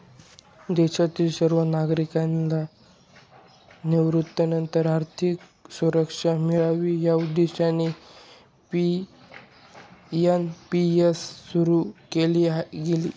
देशातील सर्व नागरिकांना निवृत्तीनंतर आर्थिक सुरक्षा मिळावी या उद्देशाने एन.पी.एस सुरु केले गेले